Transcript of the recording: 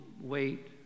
wait